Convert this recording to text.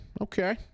Okay